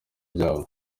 byabo